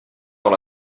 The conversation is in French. dans